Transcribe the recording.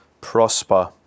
prosper